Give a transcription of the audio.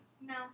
No